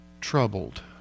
troubled